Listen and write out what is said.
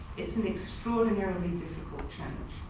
it's an extraordinarily difficult change.